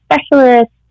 specialist